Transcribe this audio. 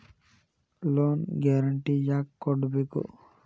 Loan guarantee ಯಾಕ್ ಕೊಡ್ಬೇಕು?